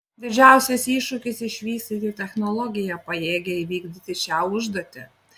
didžiausias iššūkis išvystyti technologiją pajėgią įvykdyti šią užduotį